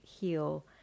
heal